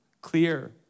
clear